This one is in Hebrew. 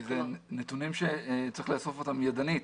כי אלה נתונים שצריך לאסוף ידנית.